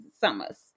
summers